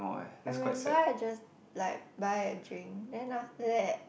I remember I just like buy a drink then after that